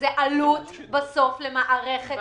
וזו עלות בסוף גבוהה יותר למערכת.